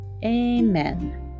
amen